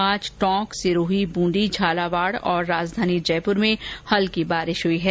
आज टोंक सिरोही ब्रंदी झालावाड और राजधानी जयपुर में हल्की बारिश हई है